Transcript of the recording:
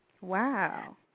Wow